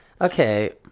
Okay